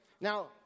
Now